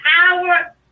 power